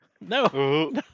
no